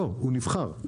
הוא לא הוא נבחר,